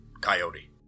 Coyote